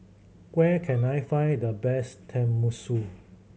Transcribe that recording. where can I find the best Tenmusu